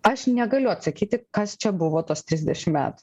aš negaliu atsakyti kas čia buvo tuos trisdešim metų